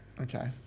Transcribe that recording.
Okay